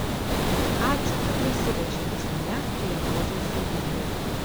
ačiū kad nesiveržei pas mane kai atrodžiau siaubingai